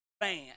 man